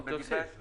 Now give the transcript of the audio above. תוסף.